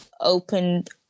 opened